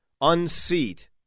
unseat